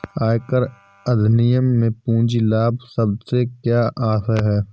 आयकर अधिनियम में पूंजी लाभ शब्द से क्या आशय है?